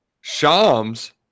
Shams